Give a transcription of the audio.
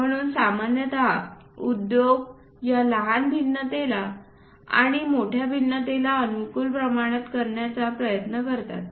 म्हणून सामान्यत उद्योग या लहान भिन्नतेला आणि मोठ्या भिन्नतेला अनुकूल प्रमाणात करण्याचा प्रयत्न करतात